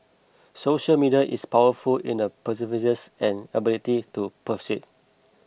social media is powerful in the pervasiveness and ability to persuade